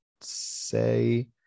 say